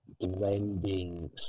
blending